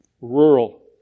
Rural